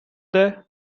there